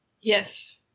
yes